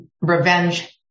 revenge